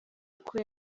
uko